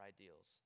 ideals